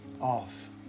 off